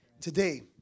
Today